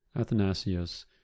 Athanasius